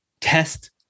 test